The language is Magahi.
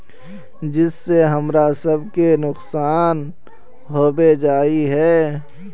जिस से हमरा सब के नुकसान होबे जाय है?